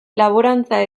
laborantza